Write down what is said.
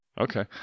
Okay